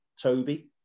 Toby